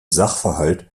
sachverhalt